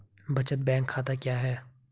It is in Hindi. बचत बैंक खाता क्या है?